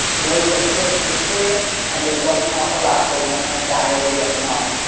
words are chosen with care and they don't talk a lot. they don't have diarrhea of the mouth.